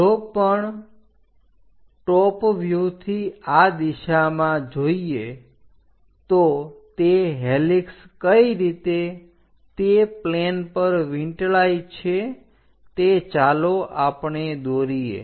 જો પણે ટોપ વ્યુહથી આ દિશામાં જોઈએ તો તે હેલિક્ષ કઈ રીતે તે પ્લેન પર વીંટળાઇ છે તે ચાલો આપણે દોરીએ